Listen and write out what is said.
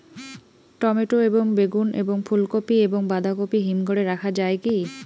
Tomato এবং বেগুন এবং ফুলকপি এবং বাঁধাকপি হিমঘরে রাখা যায় কি?